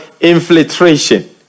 infiltration